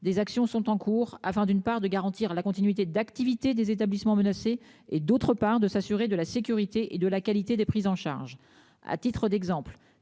Des actions sont en cours afin d'une part de garantir la continuité d'activité des établissements menacés et d'autre part de s'assurer de la sécurité et de la qualité des prises en charge à titre d'exemple,